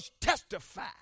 testify